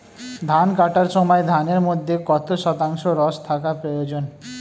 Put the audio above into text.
ধান কাটার সময় ধানের মধ্যে কত শতাংশ রস থাকা প্রয়োজন?